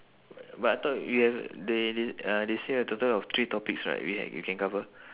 but I thought you have they they uh they say a total of three topics right we ca~ we can cover